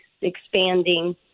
expanding